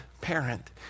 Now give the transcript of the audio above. parent